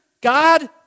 God